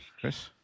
Chris